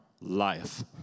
life